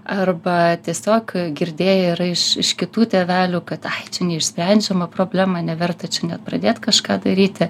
arba tiesiog girdėję yra iš iš kitų tėvelių kad ai čia neišsprendžiama problema neverta čia net pradėt kažką daryti